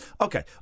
Okay